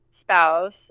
spouse